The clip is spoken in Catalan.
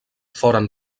foren